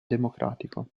democratico